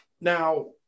Now